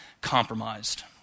compromised